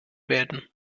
werden